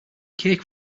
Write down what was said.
cake